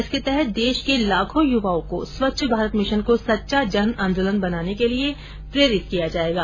इसके तहत देश के लाखों युवाओं को स्वच्छ भारत मिशन को सच्चा जन आंदोलन बनाने के लिए प्रेरित किया जाएगा